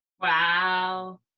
Wow